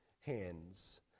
hands